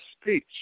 speech